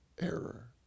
error